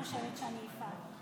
חברתי השרה, שרת החינוך,